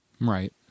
right